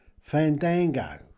Fandango